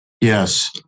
Yes